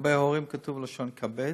להורים כתוב לשון "כבד",